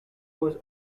was